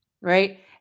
right